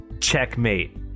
Checkmate